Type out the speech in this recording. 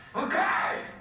ok!